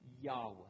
Yahweh